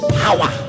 power